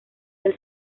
del